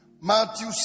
Matthew